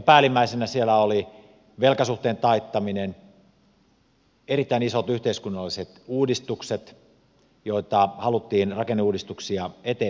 päällimmäisenä siellä oli velkasuhteen taittaminen erittäin isot yhteiskunnalliset uudistukset rakenneuudistukset joita haluttiin eteenpäin viedä